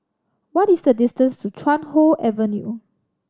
what is the distance to Chuan Hoe Avenue